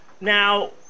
Now